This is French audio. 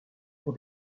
pour